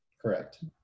Correct